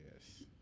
Yes